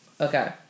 Okay